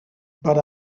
but